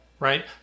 Right